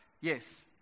Yes